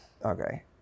Okay